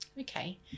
Okay